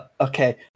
Okay